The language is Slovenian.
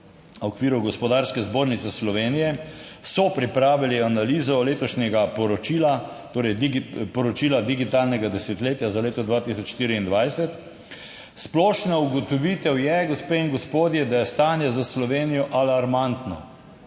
v okviru Gospodarske zbornice Slovenije, so pripravili analizo letošnjega poročila, torej poročila digitalnega desetletja za leto 2024. Splošna ugotovitev je, gospe in gospodje, da je stanje za Slovenijo alarmantno.